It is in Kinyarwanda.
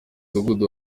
mudugudu